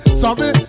sorry